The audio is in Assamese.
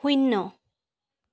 শূন্য